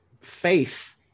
faith